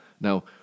Now